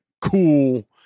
cool